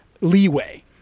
leeway